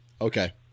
Okay